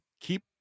keep